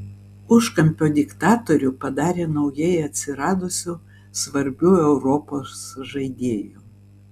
užkampio diktatorių padarė naujai atsiradusiu svarbiu europos žaidėju